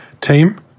team